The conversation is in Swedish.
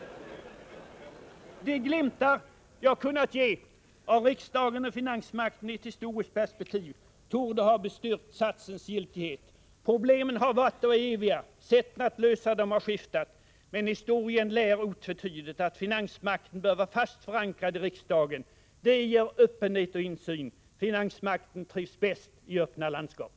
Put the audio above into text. De glimtar jag kunnat ge av ”riksdagen och finansmakten i ett historiskt perspektiv” torde ha bestyrkt satsens giltighet. Problemen har varit och är eviga. Sätten att lösa dem har skiftat. Men historien lär otvetydigt att finansmakten bör vara fast förankrad i riksdagen. Det ger öppenhet och insyn. Finansmakten trivs bäst i öppna landskap.